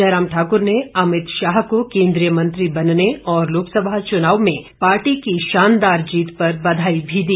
जयराम ठाक्र ने अमित शाह को केंद्रीय मंत्री बनने और लोकसभा चुनाव में पार्टी की शानदार जीत पर बधाई भी दी